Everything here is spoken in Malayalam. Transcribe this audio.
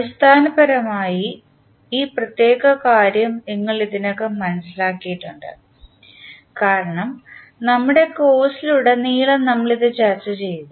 അടിസ്ഥാനപരമായി ഈ പ്രത്യേക കാര്യം നിങ്ങൾ ഇതിനകം മനസ്സിലാക്കിയിട്ടുണ്ട് കാരണം നമ്മുടെ കോഴ്സിലുടനീളം നമ്മൾ ഇത് ചർച്ചചെയ്തു